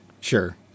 Sure